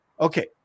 Okay